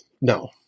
no